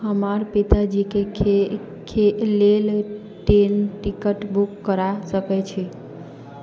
हमर पिताजीके खे के लेल ट्रेन टिकट बुक करा सकैत छी